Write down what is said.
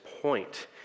point